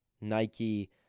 Nike